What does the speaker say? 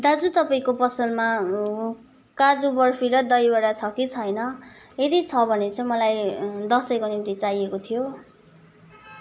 दाजु तपाईँको पसलमा काजु बर्फी र दहीवडा छ कि छैन यदि छ भने चाहिँ मलाई दसैँको निम्ति चाहिएको थियो